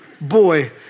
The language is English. boy